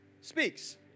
speaks